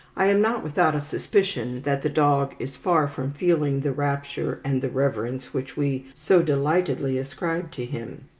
i am not without a suspicion that the dog is far from feeling the rapture and the reverence which we so delightedly ascribe to him.